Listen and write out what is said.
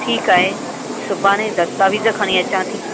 ठीकु आहे सुभाणे दस्तावेज़ु खणी अचा थी